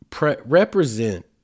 represent